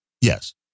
Yes